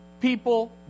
people